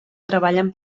treballen